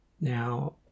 Now